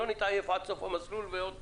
שלא נתעייף עד סוף המסלול ועוד פעם.